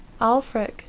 Alfric